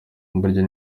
burya